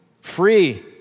Free